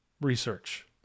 research